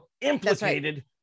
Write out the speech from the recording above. implicated